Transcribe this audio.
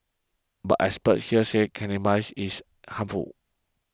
but experts here say cannabis is harmful